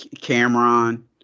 Cameron—